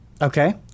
Okay